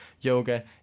yoga